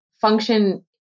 function